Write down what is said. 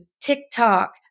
TikTok